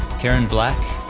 karen black,